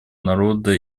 народа